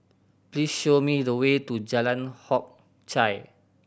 please show me the way to Jalan Hock Chye